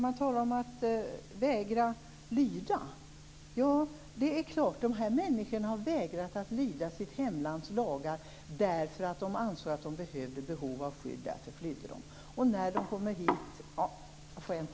Man talar här om vägran att lyda. De här människorna har vägrat att lyda sitt hemlands lagar därför att de ansett sig ha behov av skydd. Därför har de flytt.